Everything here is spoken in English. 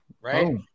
right